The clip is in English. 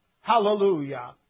Hallelujah